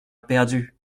perdu